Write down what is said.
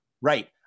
right